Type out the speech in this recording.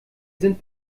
sind